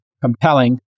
compelling